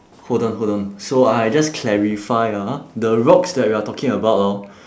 hold on hold on so I just clarify ah the rocks that we're talking about hor